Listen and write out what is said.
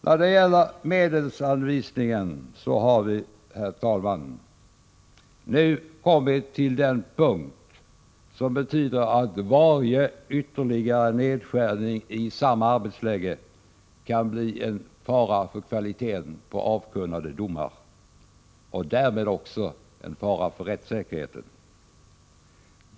När det gäller medelsanvisningen har vi, herr talman, nu kommit till den punkt som betyder att varje ytterligare nedskärning i samma arbetsläge kan bli en fara för kvaliteten på avkunnade domar och därmed också en fara för rättssäkerheten.